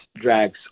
drags